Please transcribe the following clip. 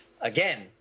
again